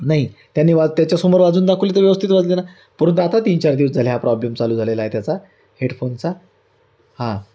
नाही त्यांनी वाज त्याच्यासमोर वाजून दाखवले तर व्यवस्थित वाजले ना परंतु आता तीन चार दिवस झाले हा प्रॉब्लेम चालू झालेला आहे त्याचा हेडफोनचा हां